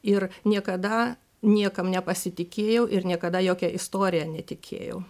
ir niekada niekam nepasitikėjau ir niekada jokia istorija netikėjau